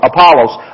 Apollos